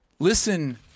Listen